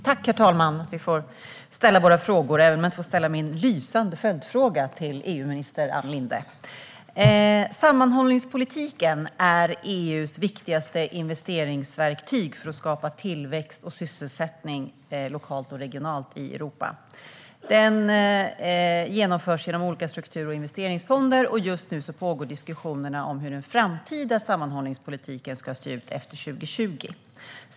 Herr talman! Tack för att vi får ställa våra frågor, även om jag inte får ställa min lysande följdfråga till EU-minister Ann Linde. Sammanhållningspolitiken är EU:s viktigaste investeringsverktyg för att skapa tillväxt och sysselsättning lokalt och regionalt i Europa. Den genomförs genom olika struktur och investeringsfonder. Just nu pågår diskussionerna om hur den framtida sammanhållningspolitiken ska se ut efter 2020.